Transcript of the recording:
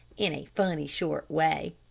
in a funny, short way.